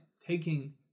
taking